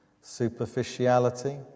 Superficiality